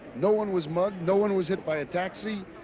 no one was mugged. no one was hit by a taxi.